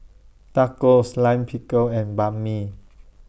Tacos Lime Pickle and Banh MI